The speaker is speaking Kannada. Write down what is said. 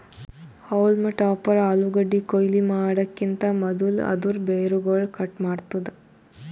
ಹೌಲ್ಮ್ ಟಾಪರ್ ಆಲೂಗಡ್ಡಿ ಕೊಯ್ಲಿ ಮಾಡಕಿಂತ್ ಮದುಲ್ ಅದೂರ್ ಬೇರುಗೊಳ್ ಕಟ್ ಮಾಡ್ತುದ್